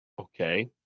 okay